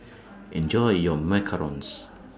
Enjoy your Macarons